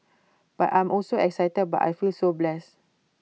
but I'm also excited but I feel so blessed